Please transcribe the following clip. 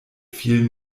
viel